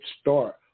start